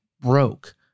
broke